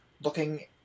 looking